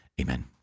Amen